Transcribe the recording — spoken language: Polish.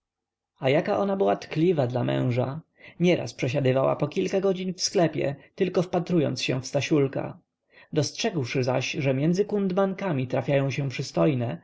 a jaka ona była tkliwa dla męża nieraz przesiadywała po kilka godzin w sklepie tylko wpatrując się w stasiulka dostrzegłszy zaś że między kundmankami trafiają się przystojne